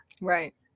right